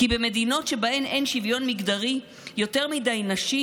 כי במדינות שבהן אין שוויון מגדרי יותר מדי נשים